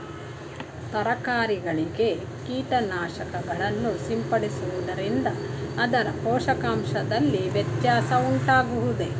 ತರಕಾರಿಗಳಿಗೆ ಕೀಟನಾಶಕಗಳನ್ನು ಸಿಂಪಡಿಸುವುದರಿಂದ ಅದರ ಪೋಷಕಾಂಶದಲ್ಲಿ ವ್ಯತ್ಯಾಸ ಉಂಟಾಗುವುದೇ?